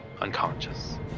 Unconscious